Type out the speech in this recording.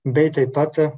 bei taip pat